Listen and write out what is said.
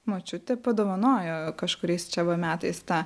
močiutė padovanojo kažkuriais čia va metais tą